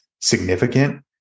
significant